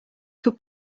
could